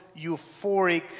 euphoric